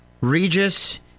Regis